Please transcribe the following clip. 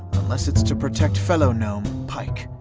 unless it's to protect fellow gnome, pike.